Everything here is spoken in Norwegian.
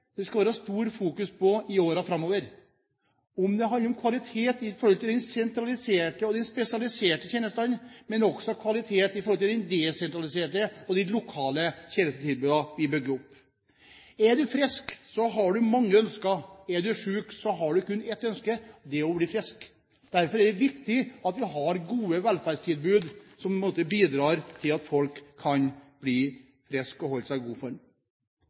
det skal være stort fokus på i årene framover, at det handler om kvalitet når det gjelder de sentraliserte og de spesialiserte tjenestene, men også kvalitet når det gjelder de desentraliserte og de lokale tjenestetilbudene vi bygger opp. Er du frisk, har du mange ønsker. Er du syk, har du kun ett ønske, og det er å bli frisk. Derfor er det viktig at vi har gode velferdstilbud som bidrar til at folk kan bli friske og holde seg i god